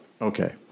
Okay